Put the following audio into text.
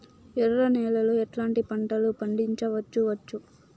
ఎర్ర నేలలో ఎట్లాంటి పంట లు పండించవచ్చు వచ్చు?